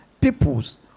people's